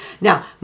Now